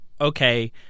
okay